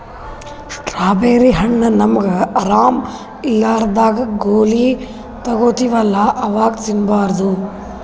strawberry ಹಣ್ಣ್ ನಮ್ಗ್ ಆರಾಮ್ ಇರ್ಲಾರ್ದಾಗ್ ಗೋಲಿ ತಗೋತಿವಲ್ಲಾ ಅವಾಗ್ ತಿನ್ಬಾರ್ದು